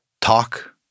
Talk